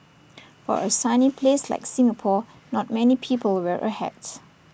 for A sunny place like Singapore not many people wear A hat